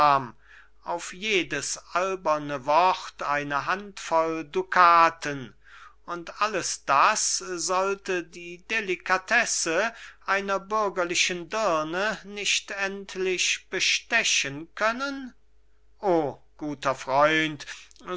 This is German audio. bisam und jedes alberne wort eine handvoll ducaten und alles das sollte die delicatesse einer bürgerlichen dirne nicht endlich bestechen können o guter freund